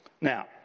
Now